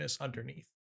underneath